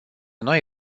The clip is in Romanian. noi